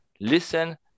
listen